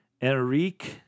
Enrique